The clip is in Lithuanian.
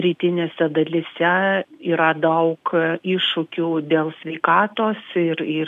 rytinėse dalyse yra daug iššūkių dėl sveikatos ir ir